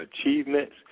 achievements